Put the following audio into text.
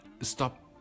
stop